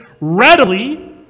readily